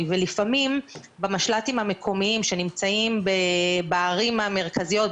ולפעמים במשלטים המקומיים שנמצאים בערים המרכזיות,